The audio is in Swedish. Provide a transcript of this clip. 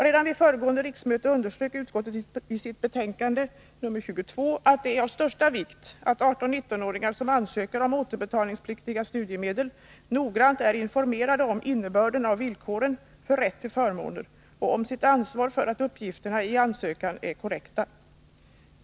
Redan vid föregående riksmöte underströk utskottet i sitt betänkande 1980/81:22 att det är av största vikt att 18-19-åringar som ansöker om återbetalningspliktiga studiemedel är noggrant informerade om innebörden av villkoren för rätt till förmåner och om sitt ansvar för att uppgifterna i ansökningen är korrekta.